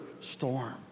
storm